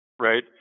right